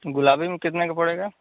गुलाबी में कितने का पड़ेगा